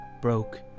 broke